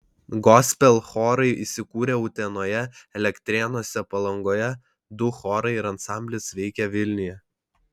gospel chorai įsikūrę utenoje elektrėnuose palangoje du chorai ir ansamblis veikia vilniuje